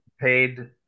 paid